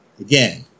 Again